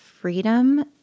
freedom